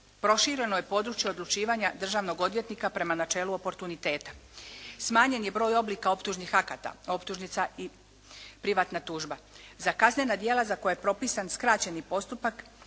Prošireno je područje odlučivanja državnog odvjetnika prema načelu oportuniteta. Smanjen je broj oblika optužnih akata, optužnica i privatna tužba. Za kaznena djela za koja je propisan skraćeni postupak